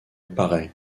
paraît